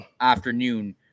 afternoon